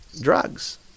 drugs